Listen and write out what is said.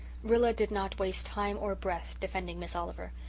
rilla did not waste time or breath defending miss oliver.